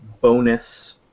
bonus